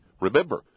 Remember